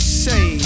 say